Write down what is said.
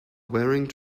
wearing